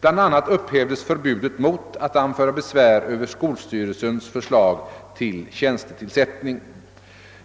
Bl. a. upphävdes förbudet mot att anföra besvär över skolstyrelsens förslag till tjänstetillsättning.